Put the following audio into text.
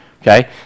okay